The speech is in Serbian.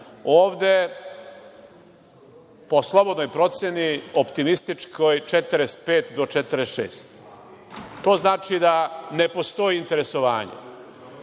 Ovde, po slobodnoj proceni, optimističkoj, 45 do 46. To znači da ne postoji interesovanje. Predstavnici